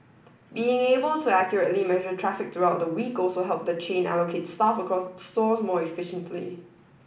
being able to accurately measure traffic throughout the week also helped the chain allocate staff across its stores more efficiently